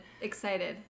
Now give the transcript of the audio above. excited